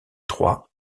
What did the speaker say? trois